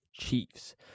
chiefs